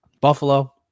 Buffalo